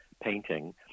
painting